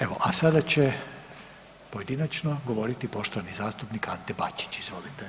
Evo, a sada će pojedinačno govoriti poštovani zastupnik Ante Bačić, izvolite.